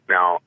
Now